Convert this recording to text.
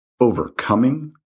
overcoming